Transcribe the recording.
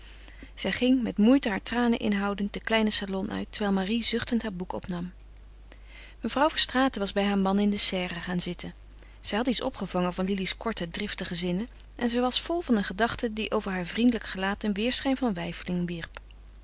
zij ging met moeite haar tranen inhoudend den kleinen salon uit terwijl marie zuchtend haar boek opnam mevrouw verstraeten was bij haar man in de serre gaan zitten zij had iets opgevangen van lili's korte driftige zinnen en zij was vol van een gedachte die over haar vriendelijk gelaat een weêrschijn van weifeling wierp